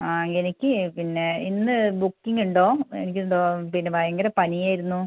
ആ എനിക്ക് പിന്നെ ഇന്ന് ബുക്കിംഗ് ഉണ്ടോ എനിക്ക് എന്തോ പിന്നെ ഭയങ്കര പനിയായിരുന്നു